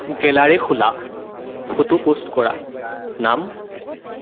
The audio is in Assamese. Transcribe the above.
গেলাৰী খোলা ফটো পোষ্ট কৰা নাম